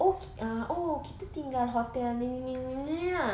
oh uh oh kita tinggal hotel ni ni ni ah